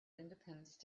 independence